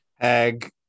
Egg